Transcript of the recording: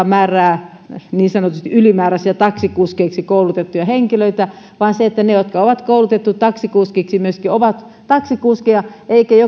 määrää niin sanotusti ylimääräisiä taksikuskeiksi koulutettuja henkilöitä vaan ne jotka on koulutettu taksikuskeiksi myöskin ovat taksikuskeja